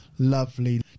lovely